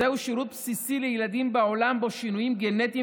זהו שירות בסיסי לילדים בעולם שבו שינויים גנטיים